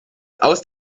aus